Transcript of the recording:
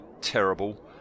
terrible